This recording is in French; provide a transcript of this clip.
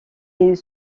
est